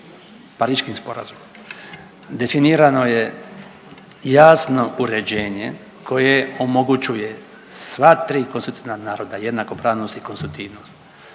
Pariškim sporazumom, definirano je jasno uređenje koje omogućuje sva tri konstitutivna naroda jednakopravnost i konstitutivnost,